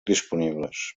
disponibles